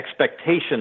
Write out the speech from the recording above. expectations